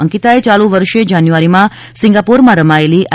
અંકિતાએ યાલુ વર્ષ જાન્યુઆરીમાં સિંગાપોરમાં રમાયેલી આઈ